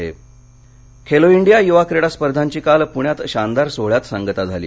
Khelo India Khelo India युवा क्रीडा स्पर्धांची काल पुण्यात शानदार सोहळ्यात सांगता झाली